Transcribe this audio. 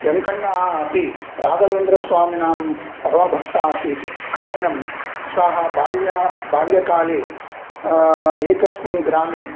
वेङ्कण्णा अपि राघवेन्द्रस्वामिनां परमभक्ता आसीत् कारणं सः बाल्या बाल्यकाले एकस्मिन् ग्रामे